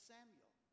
Samuel